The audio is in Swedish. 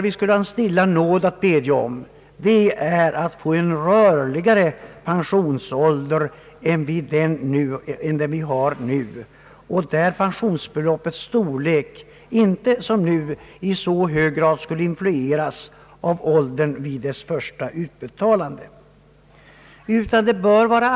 Vad jag däremot tycker är angeläget är att få en rörligare pensionsålder än den vi nu har och att pensionsbeloppets storlek inte som nu i hög grad skall influeras av åldern vid den första pensionsutbetalningen.